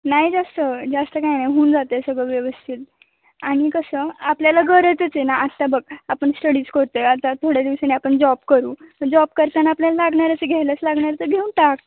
नाही जास्त जास्त काय नाही होऊन जात आहे सगळं व्यवस्थित आणि कसं आपल्याला गरजच आहे ना आत्ता बघ आपण स्टडीज करते आता थोड्या दिवसांनी आपण जॉब करू जॉब करताना आपल्याला लागणार असं घ्यायलाच लागणार तर घेऊन टाक